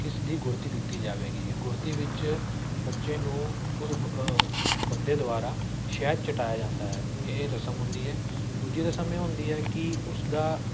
ਕਿਸ ਦੀ ਗੁੜਤੀ ਦਿੱਤੀ ਜਾਵੇਗੀ ਇਹ ਗੁੜਤੀ ਵਿੱਚ ਬੱਚੇ ਨੂੰ ਉਸ ਬੰਦੇ ਦੁਬਾਰਾ ਸ਼ਹਿਦ ਚਟਾਇਆ ਜਾਂਦਾ ਹੈ ਇਹ ਰਸਮ ਹੁੰਦੀ ਹੈ ਦੂਜੀ ਰਸਮ ਇਹ ਹੁੰਦੀ ਹੈ ਕਿ ਉਸ ਦਾ